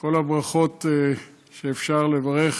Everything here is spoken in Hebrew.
כל הברכות שאפשר לברך